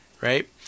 right